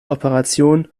operation